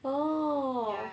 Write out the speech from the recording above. oh